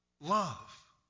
love